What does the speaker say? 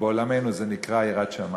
ובעולמנו זה נקרא יראת שמים.